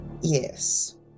yes